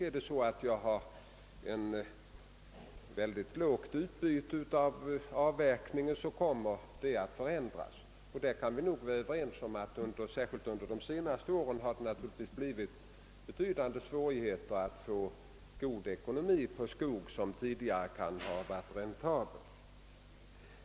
Vid ett lågt utbyte av avverkningen kommer detta värde att förändras. Vi kan nog vara överens om att det särskilt under de senaste åren uppstått betydande svårigheter att behålla den goda ekonomin på skogar som tidigare varit räntabla.